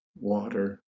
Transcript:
water